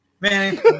Man